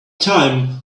time